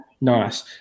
Nice